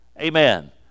Amen